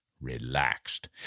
Relaxed